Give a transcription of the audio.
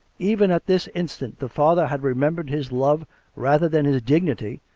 even at this instant, the father had remem bered his love rather than his dignity,